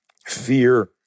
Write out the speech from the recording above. fear